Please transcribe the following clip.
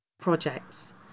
projects